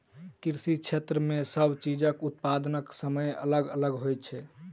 कृषि क्षेत्र मे सब चीजक उत्पादनक समय अलग अलग होइत छै